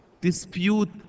dispute